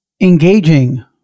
engaging